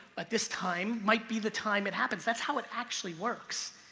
but this time might be the time it happens. that's how it actually works.